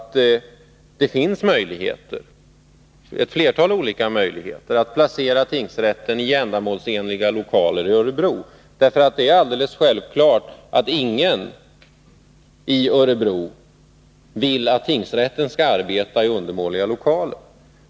Det finns således ett flertal olika möjligheter att placera tingsrätten i ändamålsenliga lokaler i Örebro. Det är självklart att ingen i Örebro vill att tingsrätten skall arbeta i undermåliga lokaler.